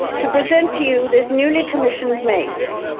to present to you this newly-commissioned mace,